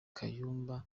kayumba